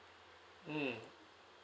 mm